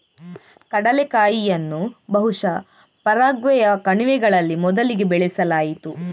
ಕಡಲೆಕಾಯಿಯನ್ನು ಬಹುಶಃ ಪರಾಗ್ವೆಯ ಕಣಿವೆಗಳಲ್ಲಿ ಮೊದಲಿಗೆ ಬೆಳೆಸಲಾಯಿತು